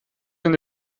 denn